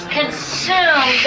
consume